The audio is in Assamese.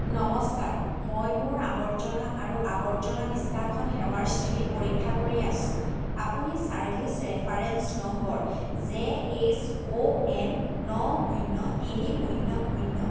নমস্কাৰ মই মোৰ আৱৰ্জনা আৰু আৱৰ্জনা নিষ্কাশন সেৱাৰ স্থিতি পৰীক্ষা কৰি আছোঁ আপুনি service reference number J H O N ন শূন্য তিনি শূন্য শূন্য